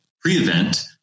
pre-event